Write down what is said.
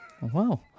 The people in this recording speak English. Wow